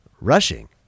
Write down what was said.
Rushing